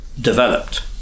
developed